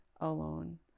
alone